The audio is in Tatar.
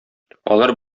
алар